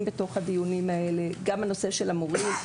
בתוך הדיונים הללו וגם נושא המורים.